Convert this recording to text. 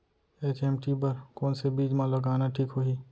HMT बर कौन से बीज मा लगाना ठीक होही?